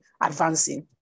advancing